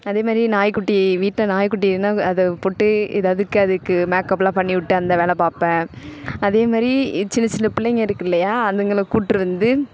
அதேமாரி நாய்க்குட்டி வீட்டில் நாய்க்குட்டி இருந்தால் அதை போட்டு ஏதாவதுக்கு அதுக்கு மேக்கபெலாம் பண்ணி விட்டு அந்த வேலை பார்ப்பேன் அதேமாரி சின்ன சின்ன பிள்ளைங்கள் இருக்குது இல்லையா அதுங்களை கூட்டு வந்து